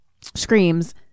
screams